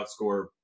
outscore